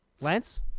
lance